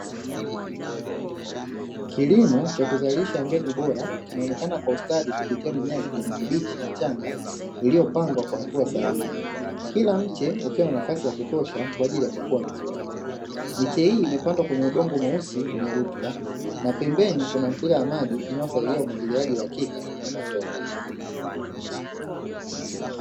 Kilimo cha kuzalisha mbegu bora kinaonekana kwa ustadi kwa kupitia mimea ya kijani kibichi mchanga, iliyopandwa kwa hatua sahihi kila mche ukiwa na nafasi ya kutosha kwa ajili ya kukua vzuri. Miche hii imepandwa kwenye udongo mweusi na wenye rutuba na pembeni kuna mipira ya maji inayosaidia umwagiliaji wa uhakika wa matone.